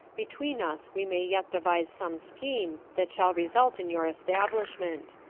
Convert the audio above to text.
between us we may yet devise some scheme that shall result in your establishment.